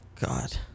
God